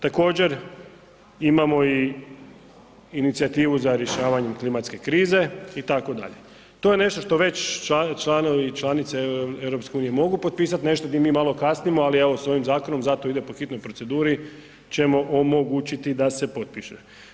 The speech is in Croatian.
Također imamo i inicijativu za rješavanjem klimatske krize itd., to je nešto što već članovi i članice EU mogu potpisat, nešto di mi malo kasnimo, ali evo s ovim zakonom zato ide po hitnoj proceduri ćemo omogućiti da se potpiše.